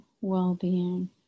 well-being